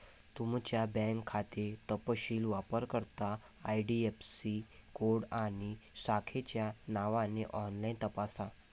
तुमचा बँक खाते तपशील वापरकर्ता आई.डी.आई.ऍफ़.सी कोड आणि शाखेच्या नावाने ऑनलाइन तपासा